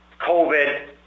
covid